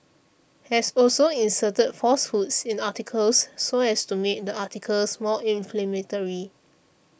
has also inserted falsehoods in articles so as to make the articles more inflammatory